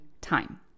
time